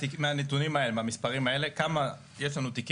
הנתון שאתה צריך לדעת מהמספרים האלה זה כמה תיקים יש לנו שהם